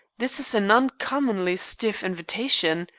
this is an uncommonly stiff invitation.